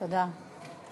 תודה.